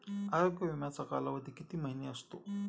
आरोग्य विमाचा कालावधी किती महिने असतो?